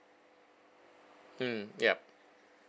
mm yup